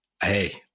hey